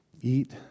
eat